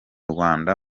rwanda